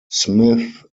smith